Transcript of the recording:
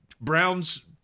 Browns